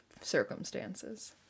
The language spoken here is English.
circumstances